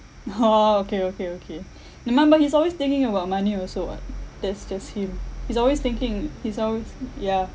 !oho! okay okay okay remember he's always thinking about money also [what] that's just him he's always thinking he's always uh ya